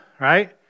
right